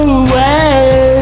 away